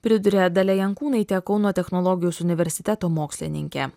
priduria dalia jankūnaitė kauno technologijos universiteto mokslininkė